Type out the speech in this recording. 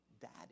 Daddy